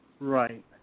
right